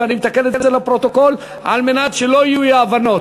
ואני מתקן את זה לפרוטוקול כדי שלא יהיו אי-הבנות,